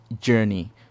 Journey